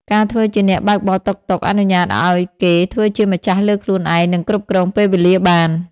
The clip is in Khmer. ការធ្វើជាអ្នកបើកបរតុកតុក អនុញ្ញាតឱ្យគេធ្វើជាម្ចាស់លើខ្លួនឯង និងគ្រប់គ្រងពេលវេលាបាន។